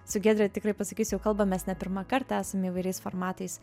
su giedre tikrai pasakysiukalbamės ne pirmą kartą esame įvairiais formatais